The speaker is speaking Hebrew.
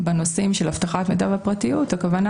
בנושאים של אבטחת מידע ופרטיות" הכוונה